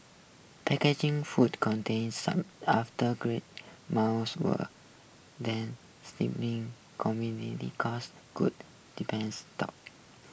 packaging food contains some after great mouth were then steepening commodity costs could depend stop